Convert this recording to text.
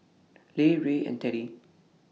Lex Ray and Teddy